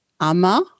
Ama